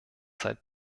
seit